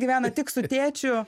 gyvena tik su tėčiu